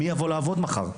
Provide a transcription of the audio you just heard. מי יבוא לעבוד מחר,